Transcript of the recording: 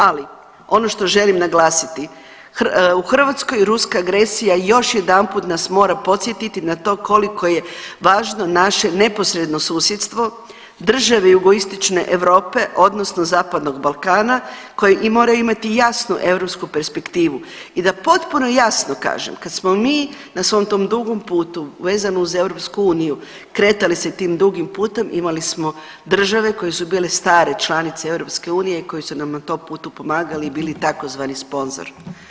Ali ono što želim naglasiti u Hrvatskoj ruska agresija još jedanput nas mora podsjetiti na to koliko je važno naše neposredno susjedstvo, države Jugoistočne Europe odnosno Zapadnog Balkana koje moraju imati jasnu europsku perspektivu i da potpuno jasno kažem kad smo mi na svom tom dugom putu vezano uz EU kretali sa tim dugim putem imali smo države koje su bile stare članice EU i koji su nam na tom putu pomagali i bili tzv. sponzor.